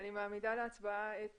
מעמידה להצבעה את